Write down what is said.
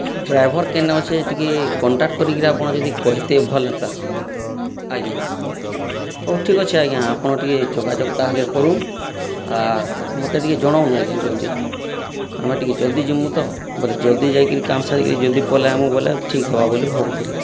ଆର୍ driver କେନେ ଅଛି ଟିକେ କଣ୍ଟାକ୍ଟ କରିକିରି ଆପଣ ଯଦି କହିତେ ଭଲ ହେତା ଆଜ୍ଞା ହଉ ଠିକ୍ ଅଛି ଆଜ୍ଞା ଆପଣ ଟିକେ ଯୋଗାଯୋଗ ତା ହେଲେ କରୁନ୍ ଆର୍ ମୋତେ ଟିକେ ଜଣନ୍ ଆଜ୍ଞା ଜଲଦି ଆମେ ଟିକେ ଜଲଦି ଜିମୁ ତ ବୋଇଲେ ଜଲଦି ଯାଇକିରି କାମ ସାରିକିରି ଜଲଦି ପଲାଇ ଆଇମୁ ବଲେ ଠିକ୍ ହେବା ବୋଲି ଭାବୁଥିଲି